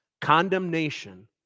Condemnation